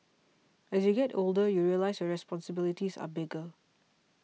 as you get older you realise your responsibilities are bigger